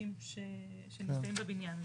האנשים שנמצאים בבנין.